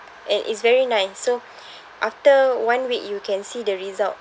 and it's very nice so after one week you can see the result